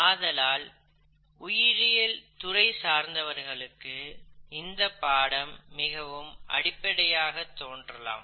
ஆதலால் உயிரியல் துறை சார்ந்தவர்களுக்கு இந்தப் பாடம் மிகவும் அடிப்படையாக தோன்றலாம்